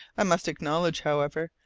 i must acknowledge, however,